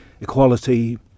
equality